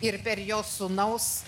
ir per jos sūnaus